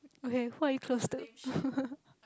okay who are you close to